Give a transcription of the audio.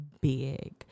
big